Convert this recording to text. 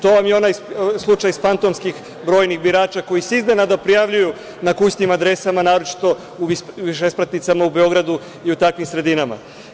To vam je onaj slučaj fantomskih brojnih birača koji se iznenada prijavljuju na kućnim adresama, naročito u višespratnicama u Beogradu i u takvim sredinama.